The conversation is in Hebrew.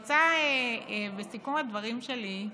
בסיכום הדברים שלי,